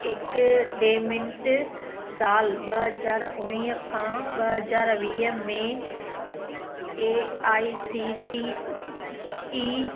एकडेमिंट साल ॿ हज़ार उणिवीह खां ॿ हज़ार वीह में A I C T E